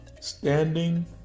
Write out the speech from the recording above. standing